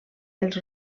els